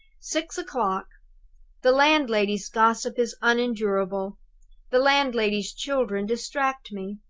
six o'clock the landlady's gossip is unendurable the landlady's children distract me.